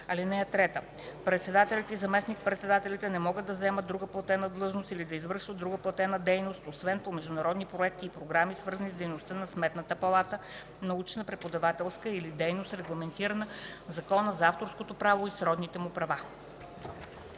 интереси. (3) Председателят и заместник-председателите не могат да заемат друга платена длъжност или да извършват друга платена дейност освен по международни проекти и програми, свързани с дейността на Сметната палата, научна, преподавателска или дейност, регламентирана в Закона за авторското право и сродните му права.”